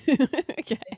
okay